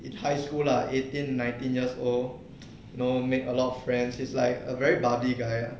in high school lah eighteen nineteen years old you know make a lot of friends is like a very bubbly guy